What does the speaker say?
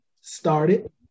started